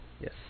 Yes